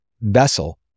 vessel